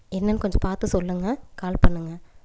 என்னன்னு கொஞ்சம் பார்த்து சொல்லுங்க கால் பண்ணுங்க